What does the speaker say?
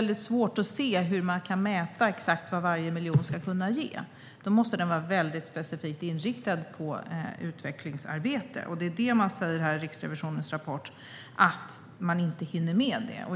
mycket svårt att mäta exakt vad varje miljon ska kunna ge. Då måste den vara mycket specifikt inriktad på utvecklingsarbete. Det är det här som står i Riksrevisionens rapport - man hinner inte med det.